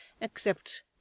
except